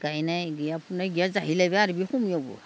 गायनाय गैया फुनाय गैया जाहैलायबाय आरो बे समयावबो